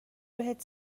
بهت